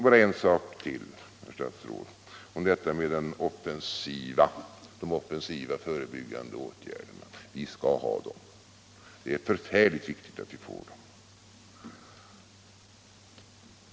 Bara en sak till, herr statsråd, om detta med de offensiva förebyggande åtgärderna. Vi skall ha dem. Det är förfärligt viktigt att vi får dem.